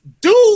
dude